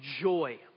joy